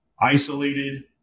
isolated